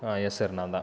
S sir நான் தான்